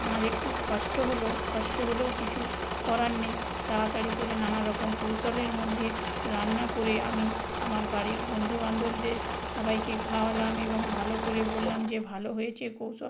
আমার একটু কষ্ট হলো কষ্ট হলেও কিছু করার নেই তাড়াতাড়ি করে নানারকম কৌশলের মধ্যে রান্না করে আমি আমার বাড়ির বন্ধু বান্ধবদের সবাইকে খাওয়ালাম এবং ভালো করে বললাম যে ভালো হয়েছে কৌশ